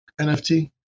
NFT